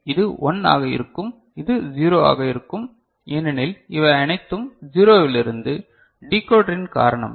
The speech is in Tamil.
இது 1 ஆக இருக்கும் இது 0 ஆக இருக்கும் ஏனெனில் இவை அனைத்தும் 0 இலிருந்து டிகோடரின் காரணமாக